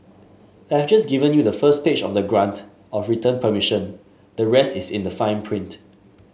I have just given you the first page of the grant of return permission the rest is in the fine print